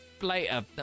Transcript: later